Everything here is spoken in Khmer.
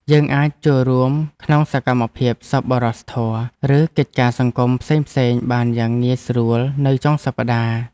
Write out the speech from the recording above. យើងអាចចូលរួមក្នុងសកម្មភាពសប្បុរសធម៌ ឬកិច្ចការសង្គមផ្សេងៗបានយ៉ាងងាយស្រួលនៅចុងសប្តាហ៍។